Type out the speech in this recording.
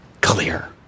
clear